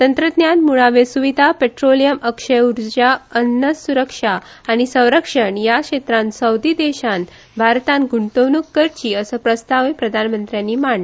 तंत्रज्ञान मुळाव्यो सुविधा पॅट्रोलियम अपारंपारीक उर्जा अन्नसूरक्षा आनी संरक्षण ह्या क्षेत्रात सौदी देशात भारतान गुंतवणूक करची असो प्रस्तावूय प्रधानमंत्र्यानी मांडला